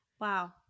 Wow